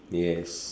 yes